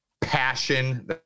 passion